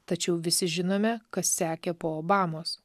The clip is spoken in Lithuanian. tačiau visi žinome kas sekė po obamos